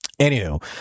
Anywho